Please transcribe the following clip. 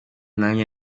nanjye